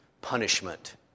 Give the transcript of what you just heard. punishment